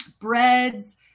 breads